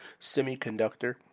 Semiconductor